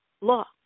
law